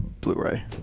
Blu-ray